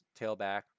tailback